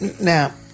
Now